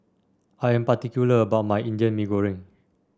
I am particular about my Indian Mee Goreng